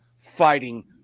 fighting